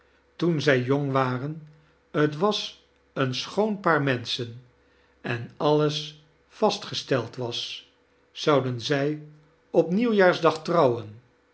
toen zij jong waren t was een schoon paar menschen en alles vastgesteld was zouden zij op nieuwjaarsdag trouwen